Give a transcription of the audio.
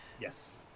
yes